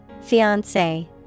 Fiance